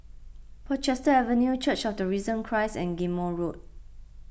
Portchester Avenue Church of the Risen Christ and Ghim Moh Road